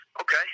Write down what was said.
Okay